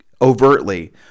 overtly